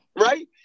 right